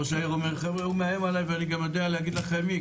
ראש העיר אומר חבר'ה הוא מאיים עלי ואני גם יודע להגיד לכם מי,